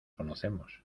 conocemos